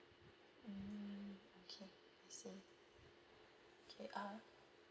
mm okay I see okay uh